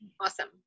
Awesome